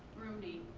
rooney.